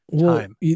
time